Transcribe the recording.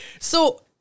So-